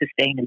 sustainability